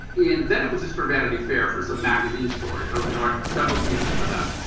and then it was just for vanity fair for some magazine stories, i was going to write several pieces for them.